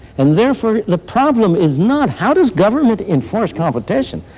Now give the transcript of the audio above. and therefore, the problem is not, how does government enforce competition?